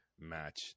match